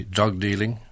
drug-dealing